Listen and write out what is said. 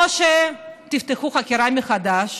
שתפתח חקירה מחדש.